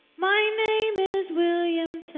my name is william